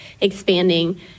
expanding